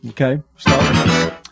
Okay